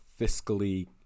fiscally